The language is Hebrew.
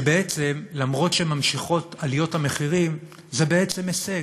שבעצם, אף שנמשכות עליות המחירים, זה בעצם הישג.